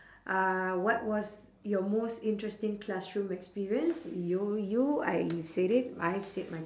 uh what was your most interesting classroom experience you you I said it I've said my